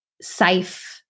safe